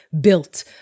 built